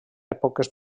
èpoques